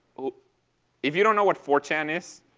if you don't know what four chan is